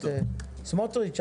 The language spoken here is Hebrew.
סמוטריץ',